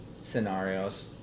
scenarios